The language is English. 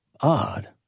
Odd